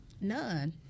none